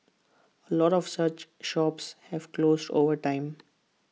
A lot of such shops have closed over time